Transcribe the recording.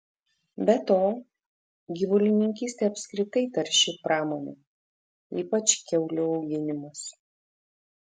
be to gyvulininkystė apskritai tarši pramonė ypač kiaulių auginimas